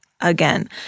again